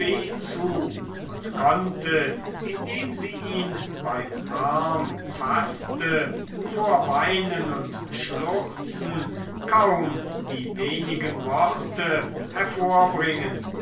zu und konnte indem sie ihn beim arm faßte vor weinen und schluchzen kaum die wenigen worte hervorbringen